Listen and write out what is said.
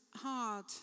hard